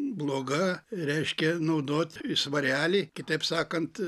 bloga reiškia naudot svarelį kitaip sakant